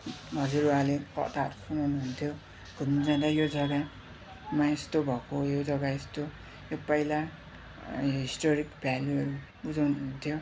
हजुरबाले कथा सुनाउनुहुन्थ्यो घुम्न जाँदा यो जग्गामा यस्तो भएको यो जग्गा यस्तो यो पहिला हिस्टोरिक भेल्युहरू बुझाउनुहुन्थ्यो